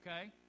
okay